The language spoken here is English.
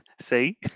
See